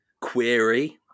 query